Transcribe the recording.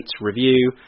review